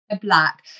black